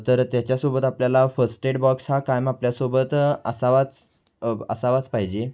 तर त्याच्यासोबत आपल्याला फर्स्ट एड बॉक्स हा कायम आपल्यासोबत असावाच असावाच पाहिजे